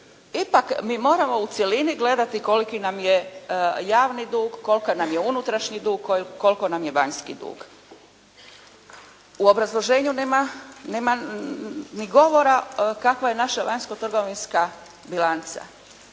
ipak mi moramo u cjelini gledati koliki nam je javni dug, koliki nam je unutrašnji dug, koliko nam je vanjski dug. U obrazloženju nema, nema ni govora kakva je naša vanjskotrgovinska bilanca.